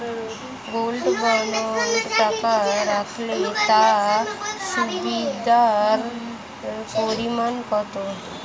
Gold বন্ডে টাকা রাখলে তা সুদের পরিমাণ কত?